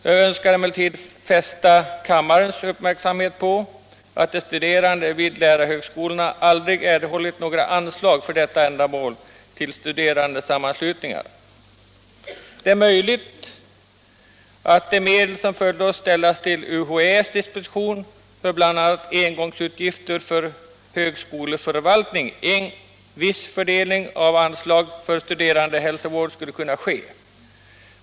Jag önskade emellertid fästa kammarens uppmärksamhet på att de studerande vid lärarhögskolorna aldrig erhållit några anslag till studerandesammanslutningar för detta ändamål. Det är möjligt att av de medel som föreslås ställda till UHÄ:s disposition för bl.a. engångsutgifter för högskoleförvaltning en viss fördelning av anslag för studerandehälsovård skulle kunna ske.